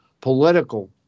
political